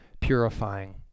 purifying